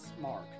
mark